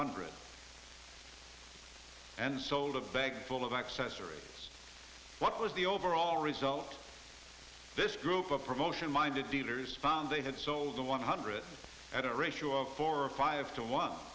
hundred and sold a bag full of accessories what was the overall result this group of promotion minded dealers found they had sold the one hundred at a ratio of four or five to one